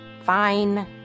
Fine